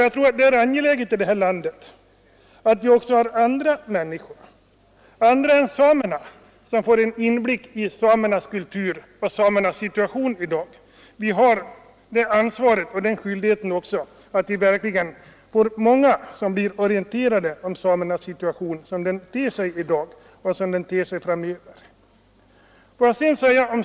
Jag tror att det är angeläget att också andra än samerna här i landet får en inblick i samernas kultur och samernas situation i dag. Vi har ett ansvar för och en skyldighet att se till att många blir orienterade om samernas situation som den ter sig i dag och framöver.